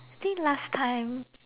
think last time